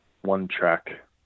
one-track